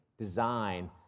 design